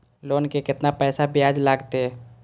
Loan के केतना पैसा ब्याज लागते?